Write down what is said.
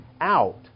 out